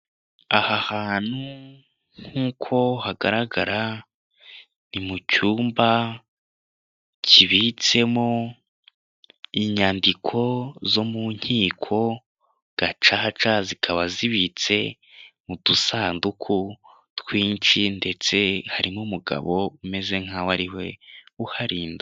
Aha hantu nk'uko hagaragara ni mu cyumba kibitsemo inyandiko zo mu nkiko gacaca, zikaba zibitse mu dusanduku twinshi ndetse harimo umugabo umeze nk'aho ariwe uharinda.